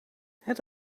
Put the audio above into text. het